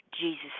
Jesus